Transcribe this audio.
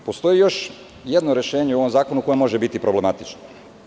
Postoji još jedno rešenje u ovom zakonu koje može biti problematično.